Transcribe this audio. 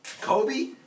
Kobe